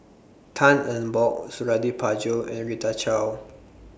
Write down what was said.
Tan Eng Bock Suradi Parjo and Rita Chao